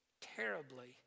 terribly